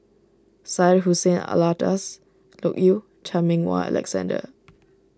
Syed Hussein Alatas Loke Yew Chan Meng Wah Alexander